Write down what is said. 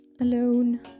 alone